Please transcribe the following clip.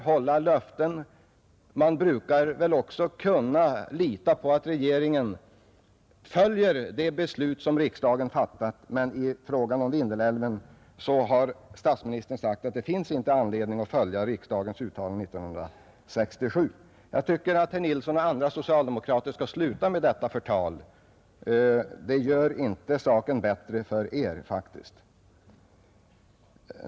Jag är van vid att löften hålls. Man brukar också kunna lita på att regeringen följer det beslut som riksdagen har fattat, men i fråga om Vindelälven har statsministern sagt att det inte finns anledning att följa riksdagens uttalande av år 1967.